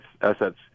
assets